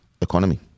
economy